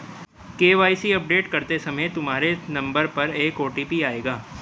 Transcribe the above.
KYC update करते समय तुम्हारे नंबर पर एक ओ.टी.पी आएगा